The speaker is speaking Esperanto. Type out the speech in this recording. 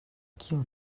kion